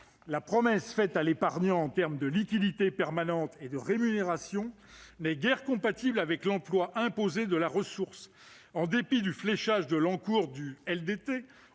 La promesse faite à l'épargnant en termes de liquidité permanente et de rémunération n'est guère compatible avec l'emploi imposé de la ressource. En dépit du fléchage de l'encours du